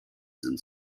sind